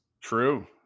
True